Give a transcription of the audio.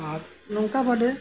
ᱟᱨ ᱱᱚᱝᱠᱟ ᱵᱟᱰᱮ